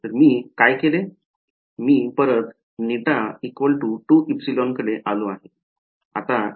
मी परत η2εकडे आलो आहे